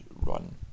run